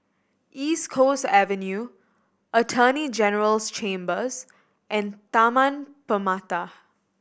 East Coast Avenue Attorney General's Chambers and Taman Permata